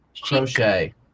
Crochet